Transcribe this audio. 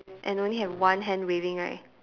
and only have one hand waving right